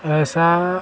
ऐसा